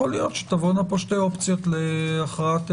יכול להיות שתהיינה שתי אופציות להכרעה.